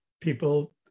people